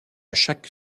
chaque